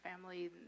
family